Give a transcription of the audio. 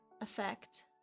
effect